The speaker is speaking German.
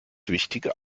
wichtige